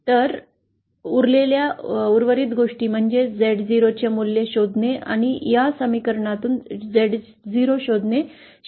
तर उरलेल्या उर्वरित गोष्टी म्हणजे या Z0 चे मूल्य शोधणे आणि या समीकरणातून Z0 शोधणे शक्य आहे